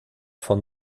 von